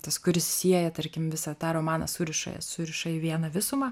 tas kuris sieja tarkim visą tą romaną suriša suriša į vieną visumą